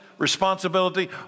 responsibility